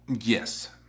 Yes